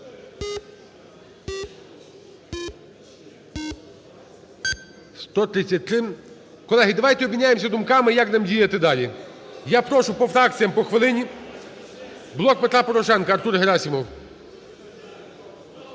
133. Колеги, давайте обміняємося думками, як нам діяти далі. Я прошу по фракціям по хвилині. "Блок Петра Порошенка", Артур Герасимов.